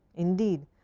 indeed,